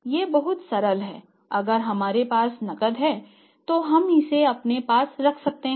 यह बहुत सरल है अगर हमारे पास नकदी है तो हम इसे अपने पास रख सकते हैं